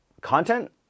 content